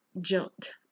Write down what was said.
jumped